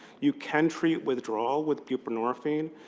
you can treat withdrawal with buprenorphine.